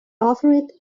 offered